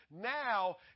now